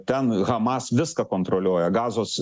ten hamas viską kontroliuoja gazos